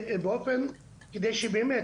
כדי שבאמת